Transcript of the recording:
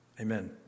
Amen